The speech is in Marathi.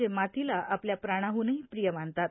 जे मातीला आपल्या प्राणादुनही प्रिय मानतात